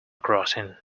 crossing